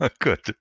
Good